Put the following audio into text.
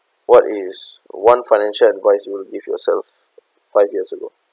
what is one financial advice you will give yourself five years ago